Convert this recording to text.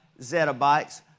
zettabytes